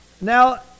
Now